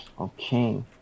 Okay